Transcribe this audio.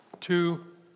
Two